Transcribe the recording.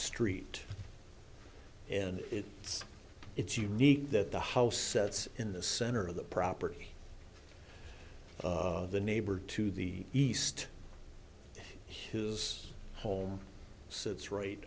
street and it's it's unique that the house sets in the center of the property of the neighbor to the east his home sits right